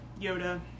Yoda